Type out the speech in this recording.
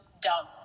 dumb